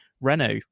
Renault